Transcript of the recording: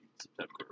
September